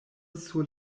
sur